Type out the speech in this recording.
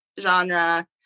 genre